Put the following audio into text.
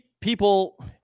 People